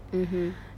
mmhmm